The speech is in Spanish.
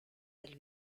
del